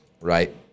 right